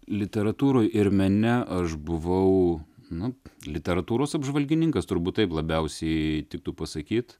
literatūroj ir mene aš buvau nu literatūros apžvalgininkas turbūt taip labiausiai tiktų pasakyt